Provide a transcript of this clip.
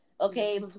Okay